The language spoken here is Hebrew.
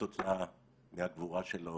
כתוצאה מהגבורה שלו